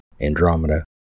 Andromeda